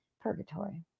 Purgatory